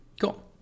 Cool